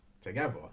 together